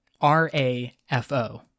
R-A-F-O